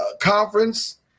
conference